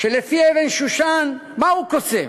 ולפי אבן-שושן, מהו קוסם?